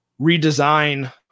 redesign